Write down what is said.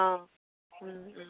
অঁ